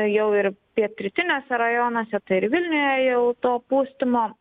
jau ir pietrytiniuose rajonuose tai ir vilniuje jau to pustymo